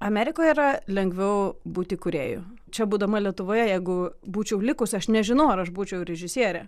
amerikoje yra lengviau būti kūrėju čia būdama lietuvoje jeigu būčiau likusi aš nežinau ar aš būčiau režisiere